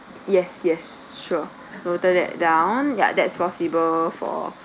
yes yes sure noted that down ya there that's possible for